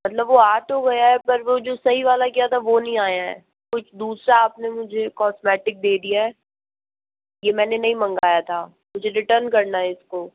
मतलब वो आ तो गया है पर वो जो सही वाला किया था वो नहीं आया है कुछ दूसरा आपने मुझे कॉस्मेटिक दे दिया है ये मैंने नहीं मंगाया था मुझे रिटर्न करना है इसको